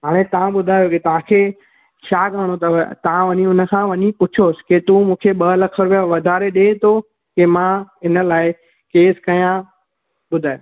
हाणे तव्हां ॿुधायो तव्हां खे छा करिणो अथव तव्हां हुनखां वञी पुछोसि की तूं मूंखे ॿ लख रुपिया वधारे ॾेथो के मां इन लाइ केस कयां ॿुधाए